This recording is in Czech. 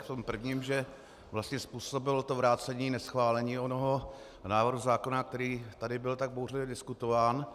V tom prvním, že vlastně způsobilo to vrácení neschválení onoho návrhu zákona, který tady byl tak bouřlivě diskutován.